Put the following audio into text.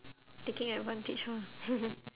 taking advantage ah